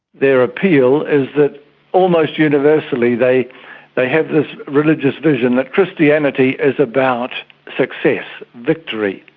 their appeal is that almost universally they they have this religious vision that christianity is about success, victory,